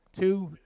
Two